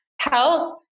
health